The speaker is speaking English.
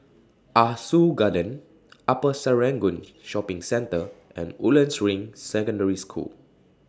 Ah Soo Garden Upper Serangoon Shopping Centre and Woodlands Ring Secondary School